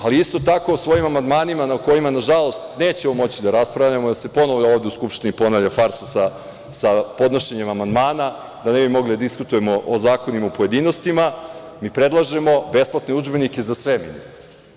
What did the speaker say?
Ali, isto tako, svojim amandmanima, o kojima nažalost nećemo moći da raspravljamo jer se ponovo ovde u Skupštini ponavlja farsa sa podnošenjem amandmana, da ne bi mogli da diskutujemo o zakonima u pojedinostima, mi predlažemo besplatne udžbenike za sve, ministre.